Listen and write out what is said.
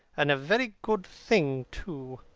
and a very good thing too.